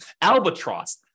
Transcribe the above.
Albatross